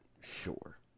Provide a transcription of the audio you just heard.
Sure